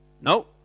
No